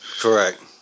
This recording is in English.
Correct